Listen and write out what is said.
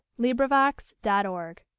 LibriVox.org